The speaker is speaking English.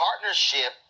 partnership